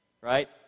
right